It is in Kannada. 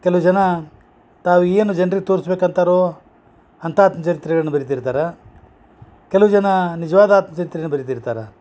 ಕೆಲವು ಜನ ತಾವು ಏನು ಜನ್ರಿಗ ತೋರ್ಸ್ಬೆಕಂತಾರೋ ಅಂತ ಆತ್ಮಚರಿತ್ರೆಗಳನ್ನ ಬರಿತಿರ್ತಾರ ಕೆಲವು ಜನ ನಿಜ್ವಾದ ಆತ್ಮಚರಿತ್ರೆನ ಬರಿತಿರ್ತಾರೆ